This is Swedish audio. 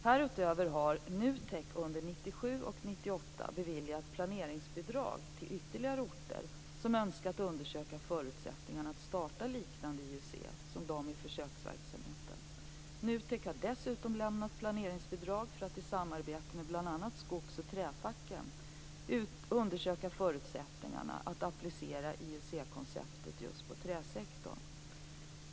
Härutöver har NUTEK under 1997 och 1998 beviljat planeringsbidrag till ytterligare orter som önskat undersöka förutsättningarna att starta liknande IUC som de i försöksverksamheten. NUTEK har dessutom lämnat planeringsbidrag för att i samarbete med bl.a. Skogs och Träfacken undersöka förutsättningarna att applicera IUC-konceptet just på träsektorn.